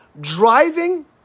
Driving